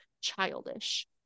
childish